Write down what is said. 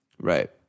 Right